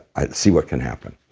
i'll see what can happen.